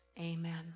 Amen